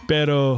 Pero